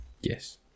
Yes